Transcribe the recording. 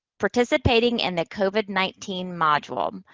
participating in the covid nineteen module.